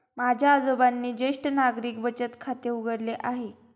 माझ्या आजोबांनी ज्येष्ठ नागरिक बचत खाते उघडले आहे